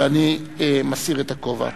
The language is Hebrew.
ואני מסיר את הכובע.